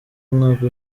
umwaka